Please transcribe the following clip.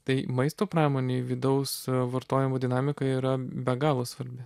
tai maisto pramonėj vidaus vartojimo dinamika yra be galo svarbi